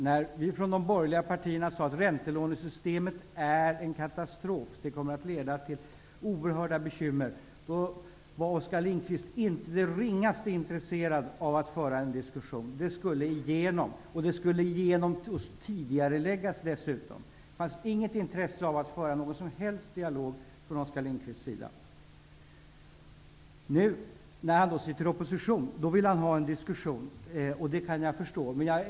När vi från de borgerliga partierna sade att räntelånesystemet är en katastrof och att det kommer att leda till oerhörda bekymmer, var inte Oskar Lindkvist det ringaste intresserad av att föra en diskussion, utan räntelånesystemet skulle genomföras. Det skulle dessutom tidigareläggas. Nu när Oskar Lindkvist befinner sig i opposition vill han ha en diskussion, och det kan jag förstå.